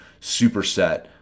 superset